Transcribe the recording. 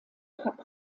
cup